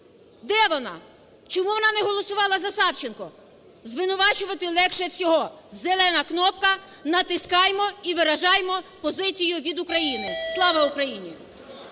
Де вона? Чому вона не голосувала за Савченко? Звинувачувати легше всього, зелена кнопка натискаймо і виражаймо позицію від України. Слава Україні!